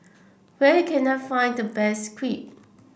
where can I find the best Crepe